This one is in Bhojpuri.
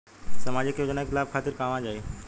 सामाजिक योजना के लाभ खातिर कहवा जाई जा?